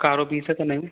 काढ़ो पी सघंदा आहियूं